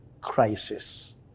crisis